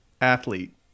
athlete